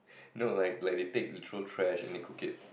no like like they take literal trash and they cook it